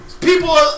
people